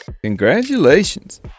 Congratulations